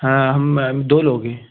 हाँ हम हम दो लोग हें